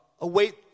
await